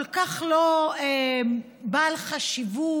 כל כך לא בעל חשיבות,